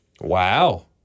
Wow